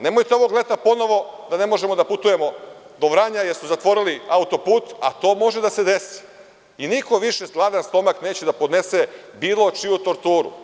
Nemojte ovog leta ponovo da ne možemo da putujemo do Vranja, jer su zatvorili autoput, a to može da se desi, i niko više gladan stomak neće da podnese, bilo čiju torturu.